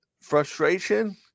frustration